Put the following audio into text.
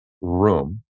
room